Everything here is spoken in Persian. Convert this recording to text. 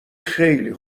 خیلی